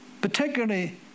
Particularly